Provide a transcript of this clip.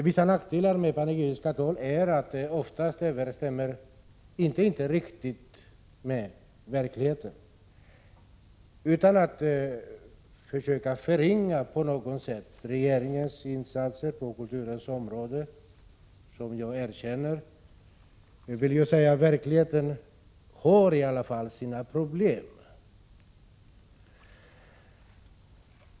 Vissa nackdelar med panegyriska tal är att de ofta inte riktigt överensstämmer med verkligheten. Utan att försöka att på något sätt förringa regeringens insatser på kulturens område, som jag erkänner, vill jag säga att verkligheten i alla fall har sina problem.